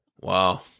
wow